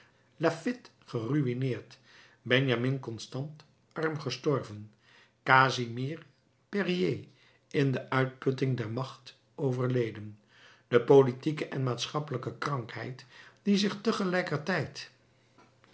laffitte geruïneerd benjamin constant arm gestorven casimir périer in de uitputting der macht overleden de politieke en de maatschappelijke krankheid die zich tegelijkertijd